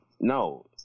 No